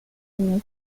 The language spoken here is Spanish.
enseñó